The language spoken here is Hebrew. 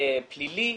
פלילי,